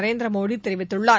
நரேந்திரமோடி தெரிவித்துள்ளார்